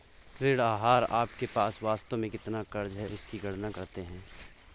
ऋण आहार आपके पास वास्तव में कितना क़र्ज़ है इसकी गणना करते है